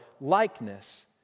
likeness